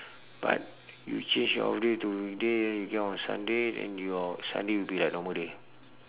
but you change your offday to weekday you get off on sunday then your sunday will be like normal day